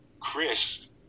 Chris